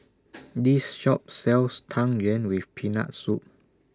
This Shop sells Tang Yuen with Peanut Soup